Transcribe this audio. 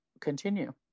continue